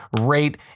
rate